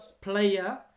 player